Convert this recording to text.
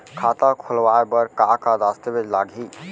खाता खोलवाय बर का का दस्तावेज लागही?